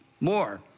more